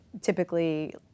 typically